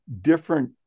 different